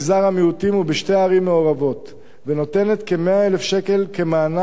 המיעוטים ובשתי ערים מעורבות ונותנת כ-100,000 שקל כמענק